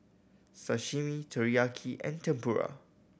Sashimi Teriyaki and Tempura